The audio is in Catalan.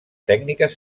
tècniques